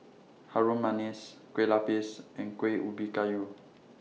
Harum Manis Kueh Lapis and Kuih Ubi Kayu